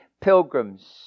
pilgrims